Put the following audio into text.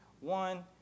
One